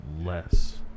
less